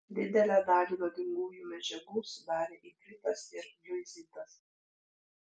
didelę dalį nuodingųjų medžiagų sudarė ipritas ir liuizitas